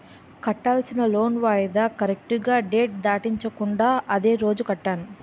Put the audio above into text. కట్టాల్సిన లోన్ వాయిదా కరెక్టుగా డేట్ దాటించకుండా అదే రోజు కట్టాను